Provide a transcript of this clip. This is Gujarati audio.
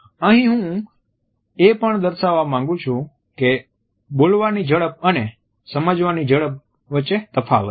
અહીં હું એ પણ દર્શાવવા માંગુ છું કે બોલવાની ઝડપ અને સમજવાની ઝડપ વચ્ચે તફાવત છે